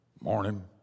morning